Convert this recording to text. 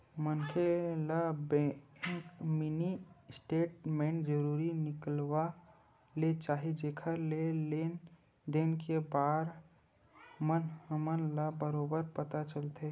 मनखे ल bank mini statement जरूर निकलवा ले चाही जेखर ले लेन देन के बार म हमन ल बरोबर पता चलथे